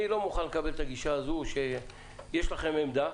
אני לא מוכן לקבל את הגישה הזאת שיש לכם עמדה